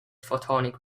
photonic